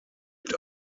mit